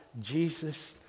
Jesus